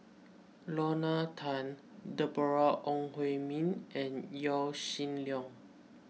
Lorna Tan Deborah Ong Hui Min and Yaw Shin Leong